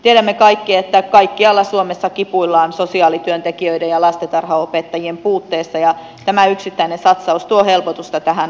tiedämme kaikki että kaikkialla suomessa kipuillaan sosiaalityöntekijöiden ja lastentarhanopettajien puutteessa ja tämä yksittäinen satsaus tuo helpotusta tähän asiaan